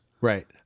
right